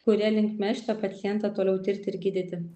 kuria linkme šitą pacientą toliau tirti ir gydyti